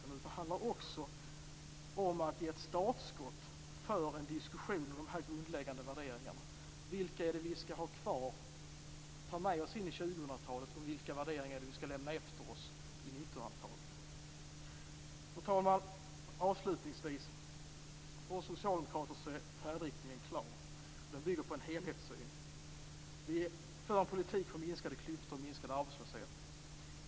Det handlar också om att ge ett startskott för en diskussion om de här grundläggande värderingarna. Vilka värderingar skall vi ta med oss in i 2000-talet och vilka skall vi lämna efter oss i 1900-talet? Fru talman! Avslutningsvis vill jag säga att för oss socialdemokrater är färdriktningen klar. Den bygger på en helhetssyn. Vi för en politik för minskade klyftor och minskad arbetslöshet.